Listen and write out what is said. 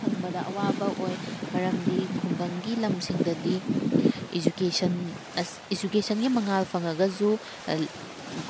ꯐꯪꯕꯗ ꯑꯋꯥꯕ ꯑꯣꯏ ꯃꯔꯝꯗꯤ ꯈꯨꯡꯒꯪꯒꯤ ꯂꯝꯁꯤꯡꯗꯗꯤ ꯏꯖꯨꯀꯦꯁꯟꯁ ꯏꯖꯨꯀꯦꯁꯟꯒꯤ ꯃꯉꯥꯜ ꯐꯪꯉꯒꯁꯨ